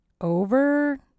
Over